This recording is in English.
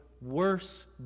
worse